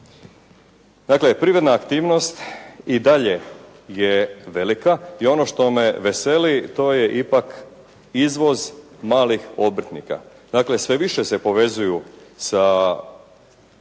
Dakle privredna aktivnost i dalje je velika i ono što me veseli to je ipak izvoz malih obrtnika. Dakle sve više se povezuju sa